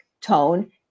tone